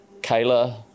Kayla